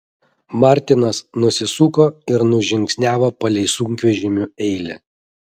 martinas nusisuko ir nužingsniavo palei sunkvežimių eilę